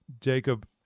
Jacob